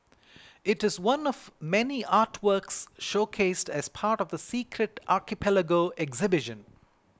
it is one of many artworks showcased as part of the Secret Archipelago exhibition